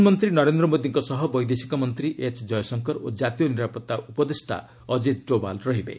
ପ୍ରଧାନମନ୍ତ୍ରୀ ନରେନ୍ଦ୍ର ମୋଦୀଙ୍କ ସହ ବୈଦେଶିକ ମନ୍ତ୍ରୀ ଏଚ୍ ଜୟଶଙ୍କର ଓ ଜାତୀୟ ନିରାପତ୍ତା ଉପଦେଷ୍ଟା ଅଜିତ୍ ଡୋଭାଲ୍ ରହିବେ